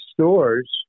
stores